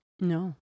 No